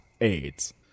AIDS